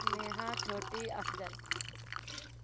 نیہا چھوٹی افضل